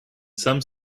some